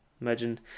Imagine